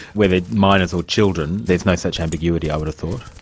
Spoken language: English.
where they're minors or children there's no such ambiguity, i would've thought.